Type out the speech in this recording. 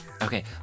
Okay